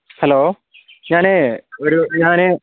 hello ഞാൻ ഒരു ഞാൻ